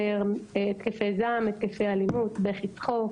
התקפי זעם, התקפי אלימות, בכי-צחוק,